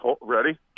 Ready